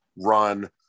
run